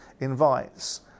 invites